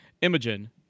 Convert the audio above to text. Imogen